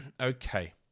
Okay